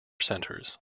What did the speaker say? centres